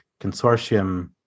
consortium